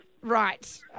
Right